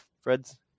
Fred's